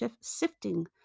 sifting